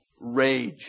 rage